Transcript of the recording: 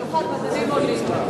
במיוחד ממדענים עולים,